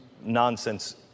nonsense